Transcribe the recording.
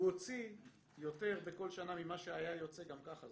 הוא הוציא יותר בכל שנה ממה שהיה יוצא גם ככה,